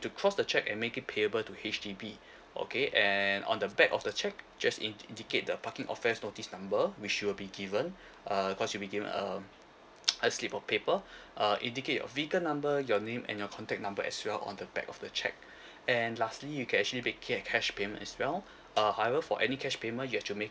to cross the cheque and make it payable to H_D_B okay and on the back of the cheque just indicate the parking offence notice number which will be given uh cause you will be given um a slip of paper uh indicate your vehicle number your name and your contact number as well on the back of the cheque and lastly you can actually make it a cash payment as well uh however for any cash payment you've to make